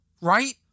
right